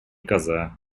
коза